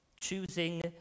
Choosing